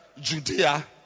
Judea